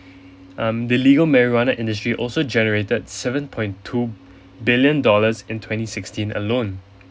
um the legal marijuana industry also generated seven point two billion dollars in twenty sixteen alone